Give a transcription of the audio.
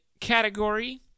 category